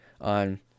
on